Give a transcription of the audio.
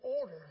order